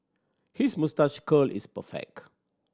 his moustache curl is perfect